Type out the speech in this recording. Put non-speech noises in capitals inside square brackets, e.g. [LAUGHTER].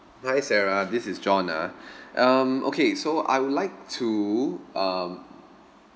hi sarah this is john ah [BREATH] um okay so I would like to um